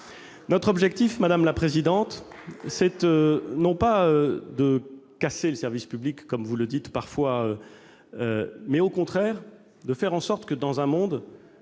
Notre objectif, madame Assassi, est non pas de casser le service public, comme vous l'affirmez parfois, mais, au contraire, de faire en sorte que, dans le monde